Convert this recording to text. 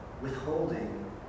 Withholding